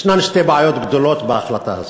יש שתי בעיות גדולות בהחלטה הזאת.